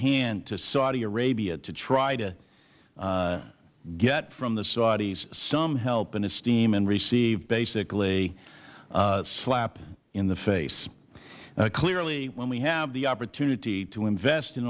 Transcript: hand to saudi arabia to try to get from the saudis some help and esteem and receive basically a slap in the face clearly when we have the opportunity to invest in